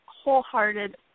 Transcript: wholehearted